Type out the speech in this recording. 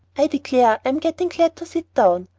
i declare i'm getting glad to sit down.